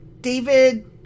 David